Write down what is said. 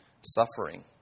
suffering